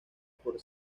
por